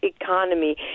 economy